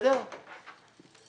אני